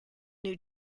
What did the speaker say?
new